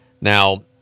now